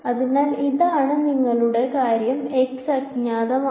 അതിനാൽ ഇതാണ് നിങ്ങളുടെ കാര്യം x അജ്ഞാതമാണ്